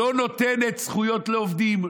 לא נותנת זכויות לעובדים,